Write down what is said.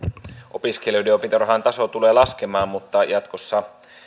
opiskelijoiden opintorahan taso tulee laskemaan mutta jatkossa